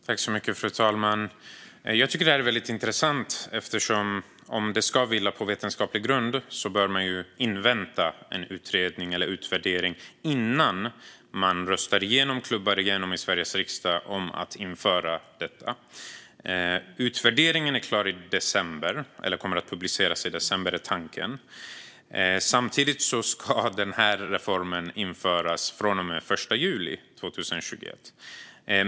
Fru talman! Jag tycker att detta är intressant. Om det ska vila på vetenskaplig grund bör man invänta en utvärdering innan man i Sveriges riksdag röstar igenom att införa detta. Tanken är att utvärderingen ska publiceras i december medan reformen ska införas den 1 juli i år.